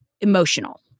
emotional